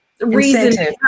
reason